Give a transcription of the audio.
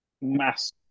mass